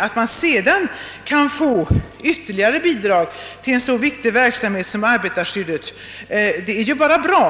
Att man sedan kan få ytterligare bidrag till en så viktig verksamhet som upplysning i arbetarskyddsfrågor är ju bara bra,